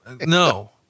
No